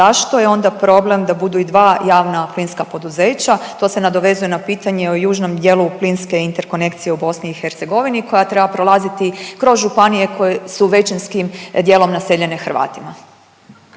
zašto je onda problem da budu i dva javna plinska poduzeća. To se nadovezuje na pitanje o južnom dijelu plinske interkonekcije u BIH koja treba prolaziti kroz županije koje su većinskim dijelom naseljene Hrvatima?